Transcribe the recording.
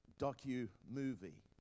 docu-movie